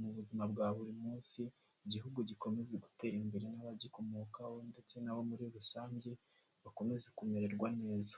mu buzima bwa buri munsi, igihugu gikomeza gutera imbere n'abagikomokaho ndetse nabo muri rusange bakomeze kumererwa neza.